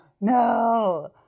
No